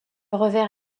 revers